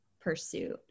pursuit